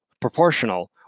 proportional